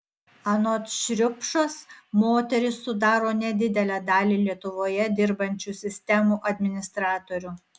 anot šriupšos moterys sudaro nedidelę dalį lietuvoje dirbančių sistemų administratorių